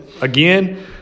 again